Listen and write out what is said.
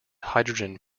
hydrogen